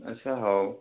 ଆଚ୍ଛା ହଉ